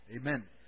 Amen